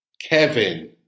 Kevin